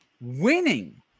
winning